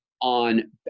on